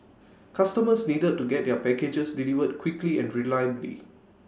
customers needed to get their packages delivered quickly and reliably